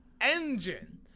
engine